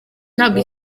ntabwo